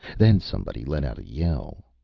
then somebody let out a yell.